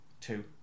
two